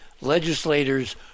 legislators